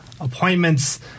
appointments